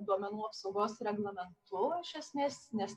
duomenų apsaugos reglamentu iš esmės nes